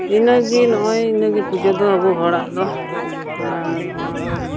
ᱤᱱᱟᱹᱜᱮ ᱱᱚᱜᱼᱚᱭ ᱤᱱᱟᱹᱜᱮ ᱯᱩᱡᱟᱹ ᱫᱚ ᱟᱵᱚ ᱦᱚᱲᱟᱜ ᱫᱚ ᱟᱨ ᱱᱚᱣᱟ